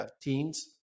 teens